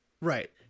Right